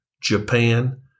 Japan